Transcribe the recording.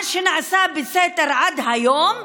מה שנעשה בסתר עד היום,